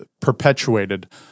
perpetuated